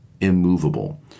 immovable